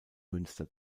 münster